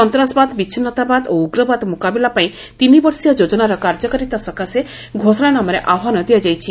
ସନ୍ତାସବାଦ ବିଚ୍ଛିନ୍ଦତାବାଦ ଓ ଉଗ୍ରବାଦ ମ୍ରକାବିଲା ପାଇଁ ତିନିବର୍ଷୀୟା ଯୋଜନାର କାର୍ଯ୍ୟକାରିତ ସକାଶେ ଘୋଷଣାନାମାରେ ଆହ୍ବାନ ଦିଆଯାଇଛି